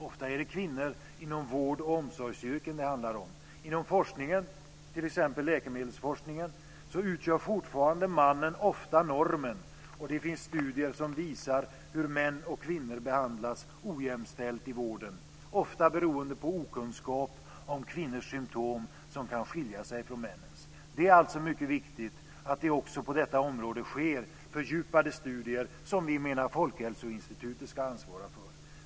Ofta är det kvinnor inom vård och omsorgsyrken det handlar om. Inom forskningen, t.ex. läkemedelsforskningnen, utgör fortfarande mannen ofta normen. Det finns studier som visar hur män och kvinnor behandlas ojämställt i vården, ofta beroende på okunskap om kvinnors symtom, som kan skilja sig från männens. Det är alltså mycket viktigt att det också på detta område sker fördjupade studier som vi menar Folkhälsoinstitutet ska ansvara för.